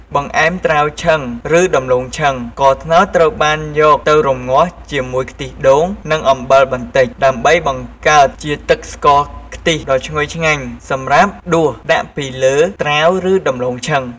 បង្អែមត្រាវឆឹងឬដំឡូងឆឹង ស្ករត្នោតត្រូវបានយកទៅរំងាស់ជាមួយខ្ទិះដូងនិងអំបិលបន្តិច ដើម្បីបង្កើតជាទឹកស្ករខ្ទិះដ៏ឈ្ងុយឆ្ងាញ់សម្រាប់ដួសដាក់ពីលើត្រាវឬដំឡូងឆឹង។